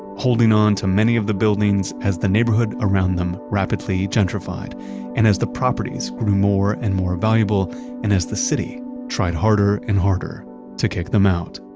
holding onto many of the buildings as the neighborhood around them rapidly gentrified and as the properties grew more and more valuable and as the city tried harder and harder to kick them out.